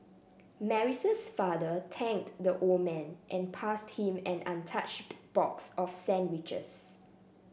Mary's father thanked the old man and passed him an untouched box of sandwiches